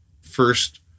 first